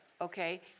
okay